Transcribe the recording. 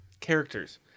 Characters